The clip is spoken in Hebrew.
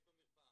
יש מרפאה.